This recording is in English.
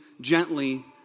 gently